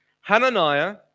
Hananiah